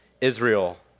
Israel